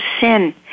sin